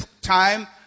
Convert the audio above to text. time